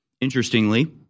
Interestingly